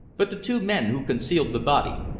but the two men who concealed the body!